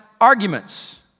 arguments